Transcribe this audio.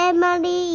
Emily